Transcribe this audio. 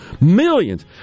Millions